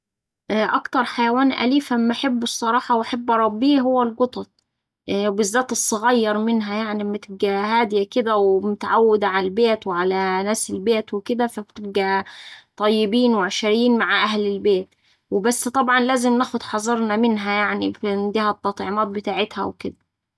أكتر حيوان أليف أما أحبه الصراحة وأحب أربيه هو القطط بالذات الصغير منها يعني أما بتبقا هادية كدا ومتعودة على البيت وعلى ناس البيت وكدا فبتبقا طيبين وعشريين مع أهل البيت و بس طبعا لازم ناخد حذرنا منها يعني وديها التطعيمات بتاعتها وكدا